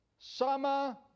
summer